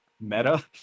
Meta